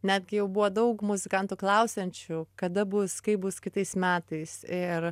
netgi jau buvo daug muzikantų klausiančių kada bus kaip bus kitais metais ir